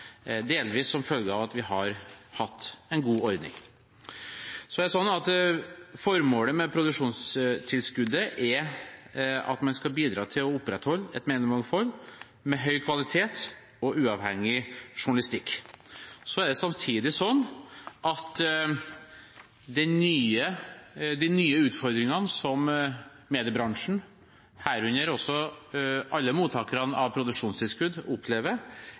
delvis som følge av at vi har hatt en god ordning. Formålet med produksjonstilskuddet er at man skal bidra til å opprettholde et mediemangfold med høy kvalitet og uavhengig journalistikk. Det er samtidig slik at de nye utfordringene som mediebransjen opplever – herunder også alle mottakerne av produksjonstilskudd – er svært krevende, som også saksordføreren var inne på. Man opplever